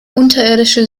unterirdische